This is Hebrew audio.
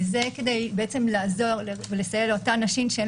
וזה כדי לעזור ולסייע לאותן נשים שאין